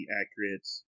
accurate